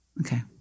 Okay